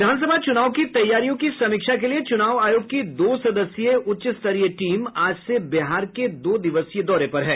विधान सभा चुनाव की तैयारियों की समीक्षा के लिये चुनाव आयोग की दो सदस्यीय उच्च स्तरीय टीम आज से बिहार के दो दिवसीय दौरे पर है